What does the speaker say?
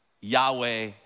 Yahweh